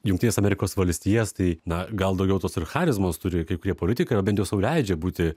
jungtines amerikos valstijas tai na gal daugiau tos ir charizmos turi kai kurie politikai ar bent jau sau leidžia būti